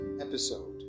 episode